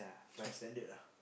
!wah! standard lah